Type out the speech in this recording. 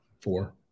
Four